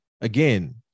again